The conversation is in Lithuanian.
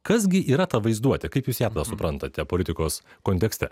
kas gi yra ta vaizduotė kaip jūs ją suprantate politikos kontekste